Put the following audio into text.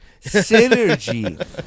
Synergy